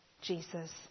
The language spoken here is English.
jesus